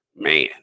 man